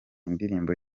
indirimbo